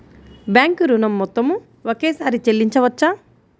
Bank ఋణం మొత్తము ఒకేసారి చెల్లించవచ్చా?